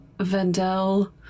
Vendel